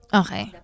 okay